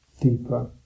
deeper